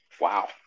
Wow